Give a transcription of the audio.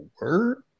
word